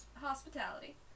hospitality